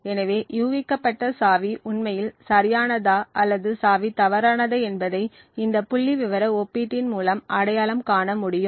எனவே யூகிக்கப்பட்ட சாவி உண்மையில் சரியானதா அல்லது சாவி தவறானதா என்பதை இந்த புள்ளிவிவர ஒப்பீட்டின் மூலம் அடையாளம் காண முடியும்